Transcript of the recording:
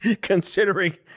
considering